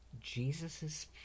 Jesus